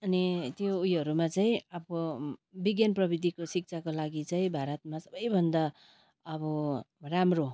अनि त्यो उयोहरूमा चाहिँ अब विज्ञान प्रविधिको शिक्षाको लागि चाहिँ भारतमा सबैभन्दा अब राम्रो